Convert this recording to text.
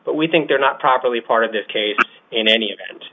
but we think they're not properly part of the case in any event